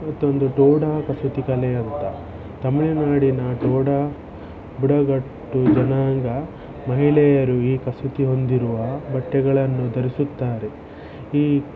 ಮತ್ತೊಂದು ಟೋಡಾ ಕಸೂತಿ ಕಲೆ ಅಂತ ತಮಿಳುನಾಡಿನ ಟೋಡಾ ಬುಡಕಟ್ಟು ಜನಾಂಗ ಮಹಿಳೆಯರು ಈ ಕಸೂತಿ ಹೊಂದಿರುವ ಬಟ್ಟೆಗಳನ್ನು ಧರಿಸುತ್ತಾರೆ ಈ